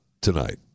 tonight